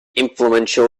influential